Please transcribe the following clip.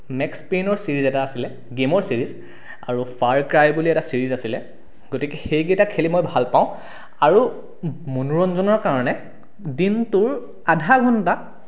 next স্পেইনৰ series এটা আছিলে গেমৰ ছিৰিজ আৰু ফাৰকাই বুলি এটা ছিৰিজ আছিলে গতিকে সেইকেইটা খেলি মই ভাল পাওঁ আৰু মনোৰঞ্জনৰ কাৰণে দিনটোৰ আধা ঘণ্টা